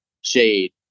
shade